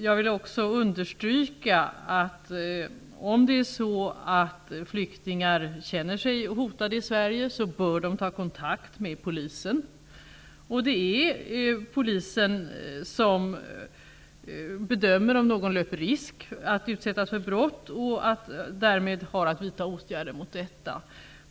Jag vill också understryka att flyktingar som känner sig hotade i Sverige bör ta kontakt med polisen. Det är polisen som bedömer om någon löper risk att utsättas för brott och därmed har att vidta åtgärder mot detta.